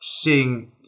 seeing